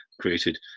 created